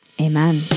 Amen